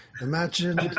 imagine